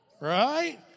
Right